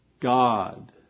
God